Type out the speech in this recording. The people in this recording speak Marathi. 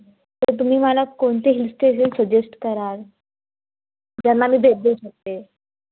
तर तुम्ही मला कोणते हिल स्टेशन सजेश्ट कराल ज्यांना मी भेट देऊ शकते